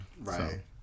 Right